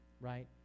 right